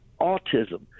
autism